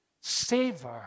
Savor